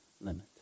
limit